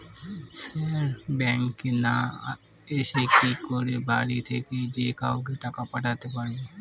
Sir ব্যাঙ্কে না এসে কি করে বাড়ি থেকেই যে কাউকে টাকা পাঠাতে পারবো?